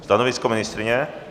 Stanovisko ministryně?